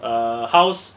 a house